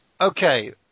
okay